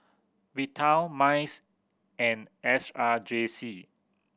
Vital MICE and S R J C